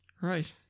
Right